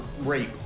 rape